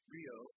Rio